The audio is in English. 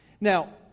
Now